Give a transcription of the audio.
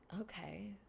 okay